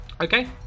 Okay